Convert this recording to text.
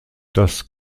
das